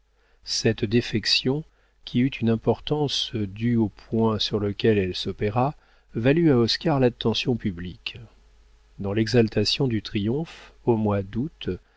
cette défection qui eut une importance due au point sur lequel elle s'opéra valut à oscar l'attention publique dans l'exaltation du triomphe au mois d'août